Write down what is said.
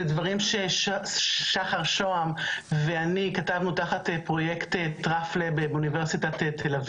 דברים ששחר שוהם ואני כתבתנו תחת פרויקט באוניברסיטת ת"א,